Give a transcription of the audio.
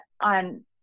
on